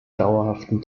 dauerhaften